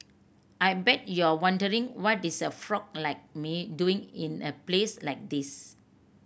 I bet you're wondering what is a frog like me doing in a place like this